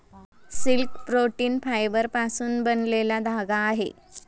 silk protein फायबरपासून बनलेला धागा आहे